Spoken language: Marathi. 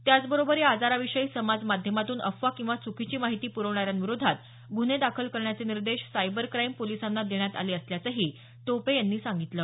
त्याचबरोबर या आजारा विषयी समाज माध्यमांतून अफवा किंवा चुकीची माहिती पुरवणाऱ्यांविरोधात गुन्हे दाखल करण्याचे निर्देश सायबर क्राईम पोलिसांना देण्यात आले असल्याचंही टोपे यांनी सांगितलं